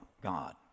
God